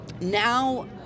Now